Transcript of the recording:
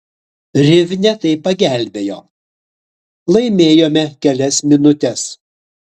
rivne tai pagelbėjo laimėjome kelias minutes